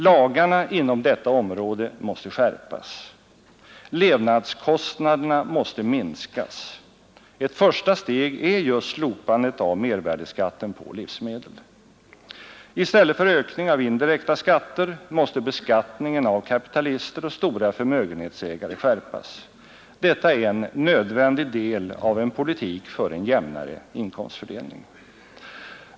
Lagarna inom detta område måste skärpas. Levnadskostnaderna måste minskas. Ett första steg är just slopandet av mervärdeskatten på livsmedel. I stället för ökning av indirekta skatter måste beskattningen av kapitalister och stora förmögenhetsägare skärpas. Detta är en nödvändig del av en politik för en jämnare inkomstfördelning.